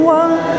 one